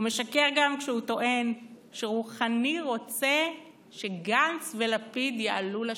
הוא משקר גם כשהוא טוען שרוחאני רוצה שגנץ ולפיד יעלו לשלטון.